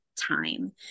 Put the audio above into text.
time